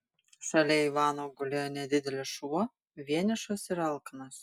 šalia ivano gulėjo nedidelis šuo vienišas ir alkanas